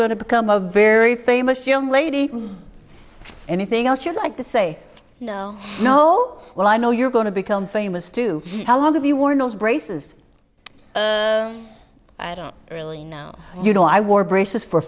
going to become a very famous young lady anything else you'd like to say no no well i know you're going to become famous too how long have you worn those braces i don't really know you know i wore braces for